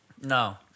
No